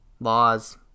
Laws